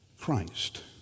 Christ